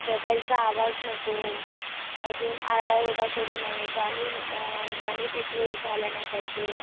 मोबाईलचा आवाज नको अजून आरडाओरडा करू नये गाणी न गाणी तिथे झाल्या नाही पाहिजे